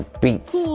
beats